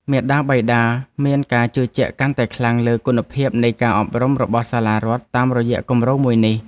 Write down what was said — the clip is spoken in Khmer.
មាតាបិតាមានការជឿជាក់កាន់តែខ្លាំងលើគុណភាពនៃការអប់រំរបស់សាលារដ្ឋតាមរយៈគម្រោងមួយនេះ។